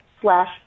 slash